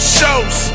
shows